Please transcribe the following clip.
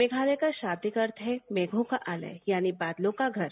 मेघालय का शाब्दिक अर्थ है मेघों का आलय यानी बादलों का घर